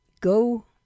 go